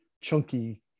chunky